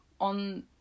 on